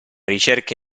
ricerca